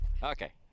Okay